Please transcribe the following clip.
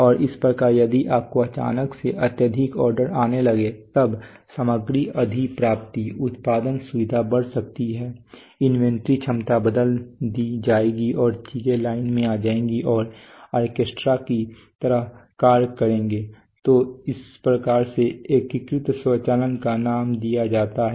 और इस प्रकार यदि आपको अचानक से अत्यधिक ऑर्डर आने लगे तब सामग्री अधिप्राप्ति उत्पादन सुविधा बढ़ सकती है इन्वेंट्री क्षमता बदल दी जाएगी और चीजें लाइन में हो जाएंगी और आरकेस्ट्राकी तरह कार्य करेंगे तो इस प्रकार से एकीकृत स्वचालन का नाम दिया जाता है